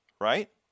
right